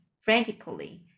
frantically